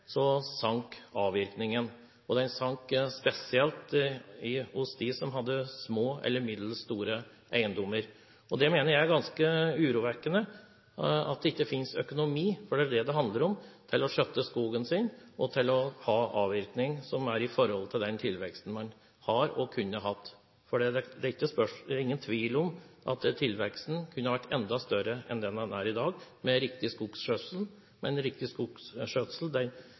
sank avvirkningen. Den sank spesielt hos dem med små eller middels store eiendommer. Jeg mener det er ganske urovekkende at det ikke finnes økonomi – for det er det det handler om – til å skjøtte skogen og til avvirkning som står i forhold til den tilveksten man har, og kunne hatt, for det er ingen tvil om at tilveksten kunne ha vært enda større enn det den er i dag, med riktig skogskjøtsel. Men riktig skogskjøtsel betyr også at man har inntekter. Representanten Bredvold peker på et viktig poeng. Det er viktig med riktig